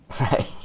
Right